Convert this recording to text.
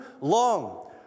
long